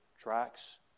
Tracks